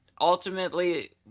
Ultimately